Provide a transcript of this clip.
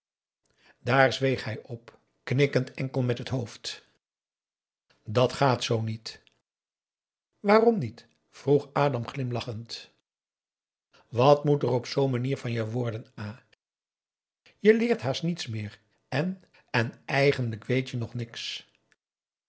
daar zweeg hij op knikkend enkel met het hoofd dat gaat zoo niet waarom niet vroeg adam glimlachend wat moet er op zoo'n manier van je worden a je leert haast niets meer en en eigenlijk weet je nog niks